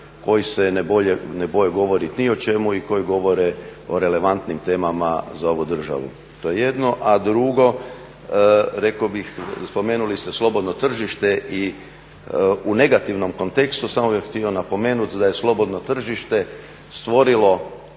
koji se ne boje govoriti ni o čemu i koji govore o relevantnim temama za ovu državu. To je jedno. A drugo, reko bih, spomenuli ste slobodno tržište i negativnom kontekstu, samo bih vam htio napomenuti da je slobodno tržište stvorilo